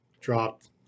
dropped